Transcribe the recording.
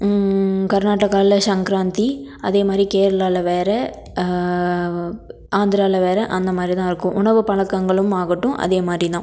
கர்நாடகாவில் சங்கராந்தி அதே மாதிரி கேரளாவில் வேறு ஆந்திராவில் வேறு அந்த மாதிரி தான் இருக்கும் உணவு பழக்கங்களும் ஆகட்டும் அதே மாதிரி தான்